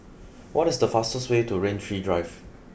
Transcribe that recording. what is the fastest way to Rain Tree Drive